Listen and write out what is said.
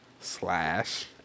Slash